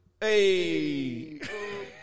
hey